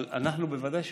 אבל אנחנו ודאי שנודיע.